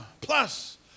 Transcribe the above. Plus